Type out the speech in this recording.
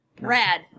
Rad